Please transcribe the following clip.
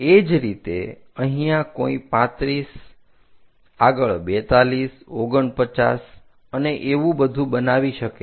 એ જ રીતે અહીંયા કોઈ 35આગળ 42 49 અને એવું બધુ બનાવી શકે છે